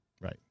Right